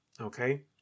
okay